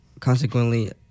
Consequently